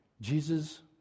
Jesus